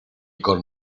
con